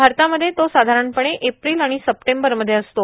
भारतामध्ये तो साधारणःपणे एप्रिल आणि सप्टेंबर मध्ये असतो